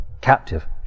captive